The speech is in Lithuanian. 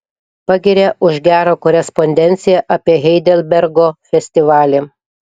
pagiria už gerą korespondenciją apie heidelbergo festivalį